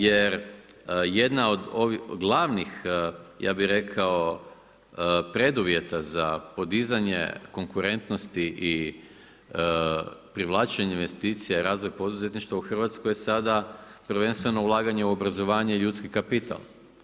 Jer jedna od glavnih, ja bih rekao preduvjeta za podizanje konkurentnosti i privlačenju investicija i razvoju poduzetništva u Hrvatskoj je sada prvenstveno ulaganje u obrazovanje i ljudski kapital.